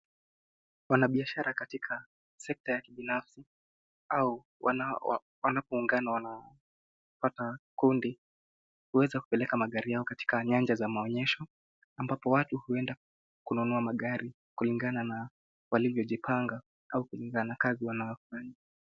Wanabiashara katika sekta ya kibinafsi au wanapoungana wanapata kundi kuweza kupeleka magari yao katika nyanja za maonyesho ambapo watu huenda kununua magari kulingana na walivyojipanga au kulingana na kazi wanayofanya.